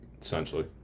Essentially